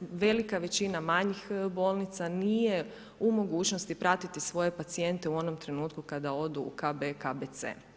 velika većina manjih bolnica nije u mogućnosti pratiti svoje pacijente u onom trenutku kada odu u KB, KBC.